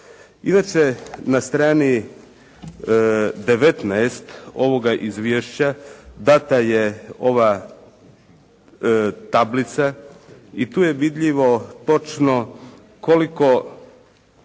Inače, na strani 19 ovoga izvješća dana je ova tablica i tu je vidljivo točno koliko